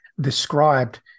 described